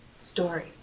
story